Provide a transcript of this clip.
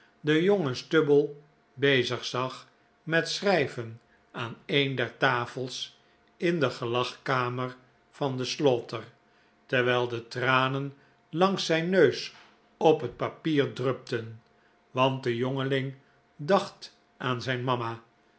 den jongen stubble bezig zag met schrijven aan een der tafels in de gelagkamer van de slaughter terwijl de tranen langs zijn neus op het papier drupten want de jongeling dacht aan zijn mama